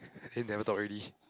then never talk already